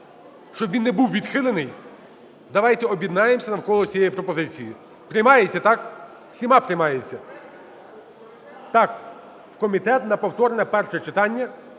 щоб він не був відхилений, давайте об'єднаємося навколо цієї пропозиції. Приймається, так? Всіма приймається? Так, в комітет на повторне перше читання.